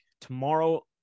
tomorrow